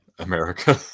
america